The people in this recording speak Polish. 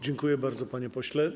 Dziękuję bardzo, panie pośle.